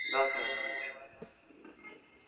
दस हजार कहै छै